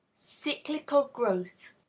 cyclical growth.